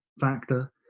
factor